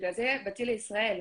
בגלל זה באתי לישראל,